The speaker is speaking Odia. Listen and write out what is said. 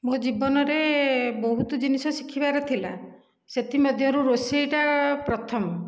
ମୋ ଜୀବନରେ ବହୁତ ଜିନିଷ ଶିଖିବାର ଥିଲା ସେଥିମଧ୍ୟରୁ ରୋଷେଇଟା ପ୍ରଥମ